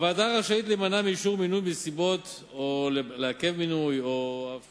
הוועדה רשאית להימנע מאישור מינוי או לעכב מינוי אף